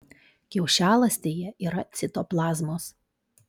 kiaušialąstėje yra citoplazmos